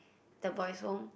the boys home